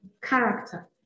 character